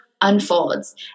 unfolds